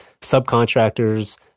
subcontractors